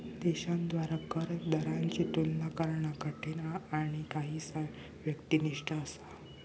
देशांद्वारा कर दरांची तुलना करणा कठीण आणि काहीसा व्यक्तिनिष्ठ असा